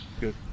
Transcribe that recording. Good